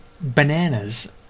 bananas